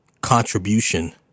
contribution